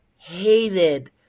hated